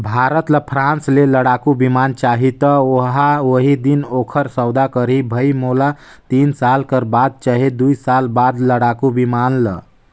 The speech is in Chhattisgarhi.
भारत ल फ्रांस ले लड़ाकु बिमान चाहीं त ओहा उहीं दिन ओखर सौदा करहीं भई मोला तीन साल कर बाद चहे दुई साल बाद लड़ाकू बिमान ल